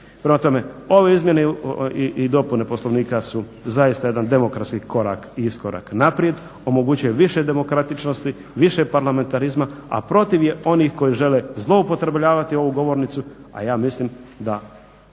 Prema tome, ove izmjene i dopune Poslovnika su zaista jedan demokratski korak i iskorak naprijed, omogućuje više demokratičnosti, više parlamentarizma a protiv je onih koji žele zloupotrebljavati ovu govornicu, a ja mislim da